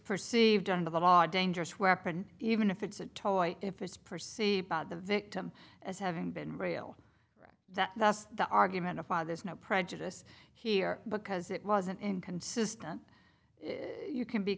perceived under the law dangerous weapon even if it's a toy if it's perceived by the victim as having been real that that's the argument of why there's no prejudice here because it wasn't inconsistent you can be